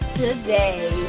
today